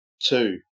two